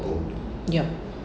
yup